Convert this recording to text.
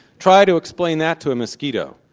try to explain that to a mosquito.